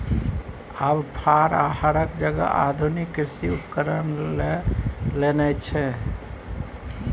आब फार आ हरक जगह आधुनिक कृषि उपकरण लए लेने छै